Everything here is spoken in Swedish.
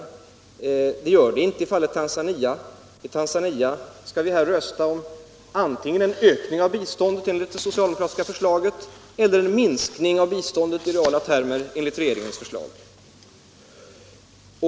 Men det gör den inte när det gäller Tanzania. Där skall vi rösta om antingen en ökning av biståndet enligt det socialdemokratiska förslaget eller en minskning av biståndet i reala termer enligt regeringens förslag.